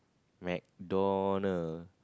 McDonald